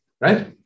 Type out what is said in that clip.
right